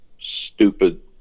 stupid